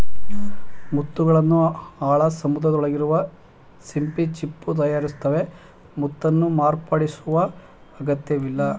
ಮುತ್ತುಗಳನ್ನು ಆಳ ಸಮುದ್ರದೊಳಗಿರುವ ಸಿಂಪಿ ಚಿಪ್ಪು ತಯಾರಿಸ್ತವೆ ಮುತ್ತನ್ನು ಮಾರ್ಪಡಿಸುವ ಅಗತ್ಯವಿಲ್ಲ